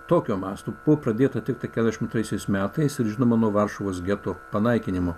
tokio masto buvo pradėta tiktai antraisiais metais ir žinoma nuo varšuvos geto panaikinimo